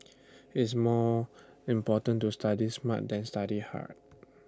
it's more important to study smart than study hard